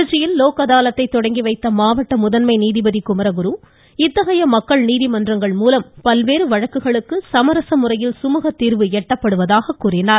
திருச்சியில் லோக் அதாலத்தை தொடங்கி வைத்த மாவட்ட முதன்மை நீதிபதி குமரகுரு இத்தகைய மக்கள் நீதிமன்றங்கள் மூலம் பல்வேறு வழக்குகளுக்கு சமரச முறையில் சுமூகத் தீர்வு எட்டப்படுவதாக கூறினார்